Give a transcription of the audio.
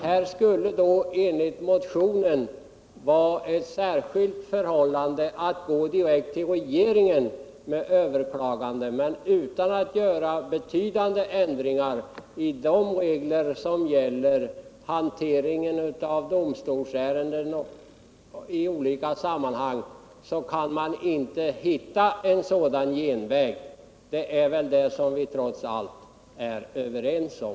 Här skulle det enligt motionen finnas särskilda anledningar att gå direkt till regeringen med ett överklagande. Men utan att göra betydande ändringar i de regler som gäller för hanteringen av domstolsärenden i olika sammanhang kan man inte hitta en sådan genväg. Det är väl det som vi trots allt är överens om.